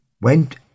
went